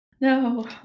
No